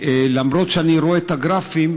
למרות שאני רואה את הגרפים,